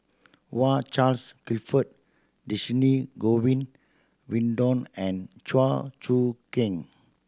Charles Clifford Dhershini Govin Winodan and Chew Choo Keng